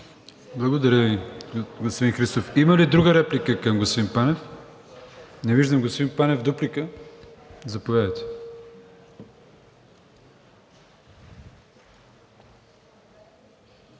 Благодаря Ви, господин Христов. Има ли друга реплика към господин Панев? Не виждам. Господин Панев, дуплика? Заповядайте.